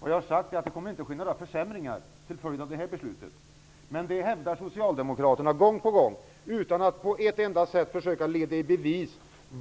Vad jag har sagt är att det inte kommer att ske några försämringar till följd av detta beslut. Men det hävdar socialdemokraterna gång på gång utan att på något sätt försöka leda i bevis